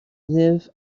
live